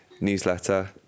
newsletter